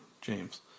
James